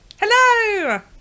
Hello